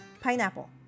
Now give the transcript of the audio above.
pineapple